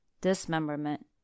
Dismemberment